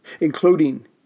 including